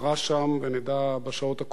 ונדע בשעות הקרובות.